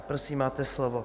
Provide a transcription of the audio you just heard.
Prosím, máte slovo.